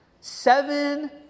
Seven